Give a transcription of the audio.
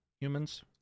humans